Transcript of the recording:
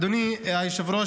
אדוני היושב-ראש,